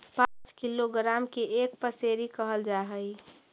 पांच किलोग्राम के एक पसेरी कहल जा हई